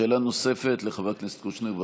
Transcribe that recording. שאלה נוספת לחבר הכנסת קושניר.